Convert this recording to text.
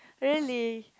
really